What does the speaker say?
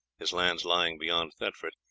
his lands lying beyond thetford,